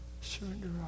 surrender